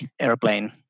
airplane